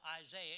Isaiah